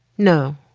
no.